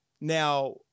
Now